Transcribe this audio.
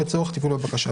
לצורך טיפול בבקשה,